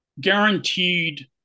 Guaranteed